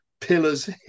pillars